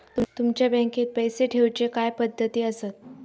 तुमच्या बँकेत पैसे ठेऊचे काय पद्धती आसत?